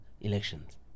elections